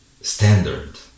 standard